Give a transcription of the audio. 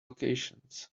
locations